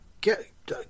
Get